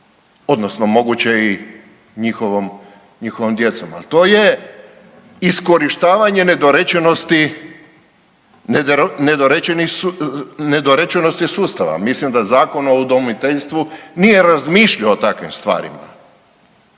i njihovom, njihovom djecom, al to je iskorištavanje nedorečenosti, nedorečenosti sustava. Mislim da Zakon o udomiteljstvu nije razmišljao o takvim stvarima,